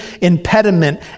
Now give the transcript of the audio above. impediment